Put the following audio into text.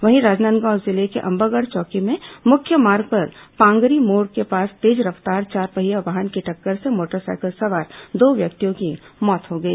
वहीं राजनादगांव जिले के अंबागढ़ चौकी में मुख्य मार्ग पर पांगरी मोड़ के पास तेज रफ्तार चारपहिया वाहन की टक्कर से मोटरसाइकिल सवार दो व्यक्तियों की मौत हो गई